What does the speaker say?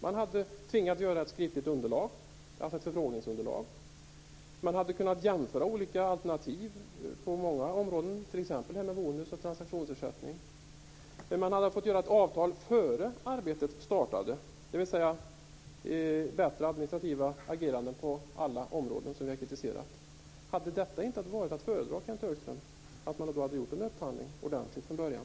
Man hade tvingats göra ett skriftligt förfrågningsunderlag. Man hade kunnat jämföra olika alternativ på många områden, t.ex. detta med bonus och transaktionsersättning. Man hade fått göra ett avtal innan arbetet startade. Det hade med andra ord blivit bättre administrativt agerande på alla områden som vi har kritiserat. Hade detta inte varit att föredra, Kenth Högström - att man gjort en ordentlig upphandling från början?